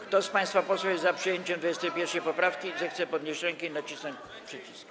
Kto z państwa posłów jest za przyjęciem 21. poprawki, zechce podnieść rękę i nacisnąć przycisk.